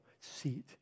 seat